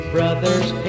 Brother's